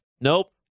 Nope